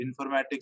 Informatics